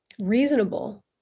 reasonable